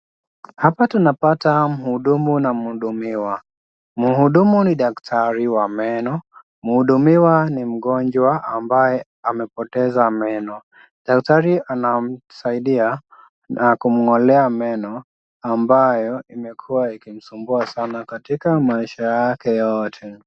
Hapa tunapata mhudumu na mhudumiwa, mhudumu ni daktari wa meno, mhudumiwa ni mgonjwa ambaye amepoteza meno, daktari anamsaidia na kumng'olea meno ambayo imekuwa ikimsumbua sana katika maisha yake yote.